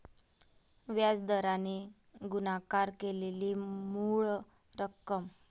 व्याज दराने गुणाकार केलेली मूळ रक्कम